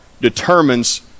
determines